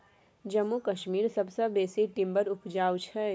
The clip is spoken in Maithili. जम्मू कश्मीर सबसँ बेसी टिंबर उपजाबै छै